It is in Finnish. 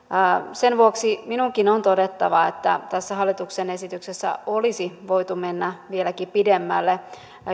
sen vuoksi minunkin on todettava että tässä hallituksen esityksessä olisi voitu mennä vieläkin pidemmälle